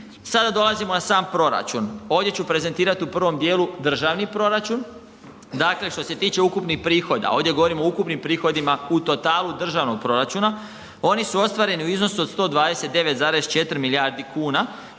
Sada dolazimo na sam proračun, ovdje ću prezentirati u prvom dijelu Državni proračun. Dakle, što se tiče ukupnih prihoda, ovdje govorim o ukupnim prihodima u totalu državnog proračuna. Oni su ostvareni u iznosu 129,4 milijardi kuna